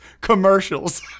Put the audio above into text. Commercials